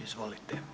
Izvolite.